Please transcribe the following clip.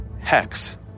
hex